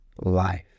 life